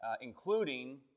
including